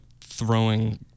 Throwing